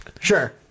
sure